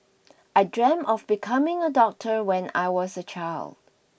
I dreamt of becoming a doctor when I was a child